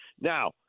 Now